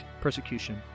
persecution